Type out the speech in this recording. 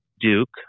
Duke